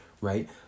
right